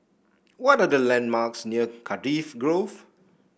what are the landmarks near Cardifi Grove